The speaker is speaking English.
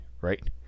Right